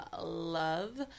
love